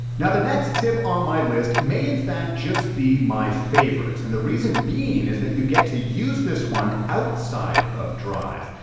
now the next tip on my list may in fact just be my favorite. and the reason being is that you get to use this one outside of drive.